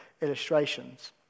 illustrations